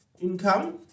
income